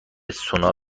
سونا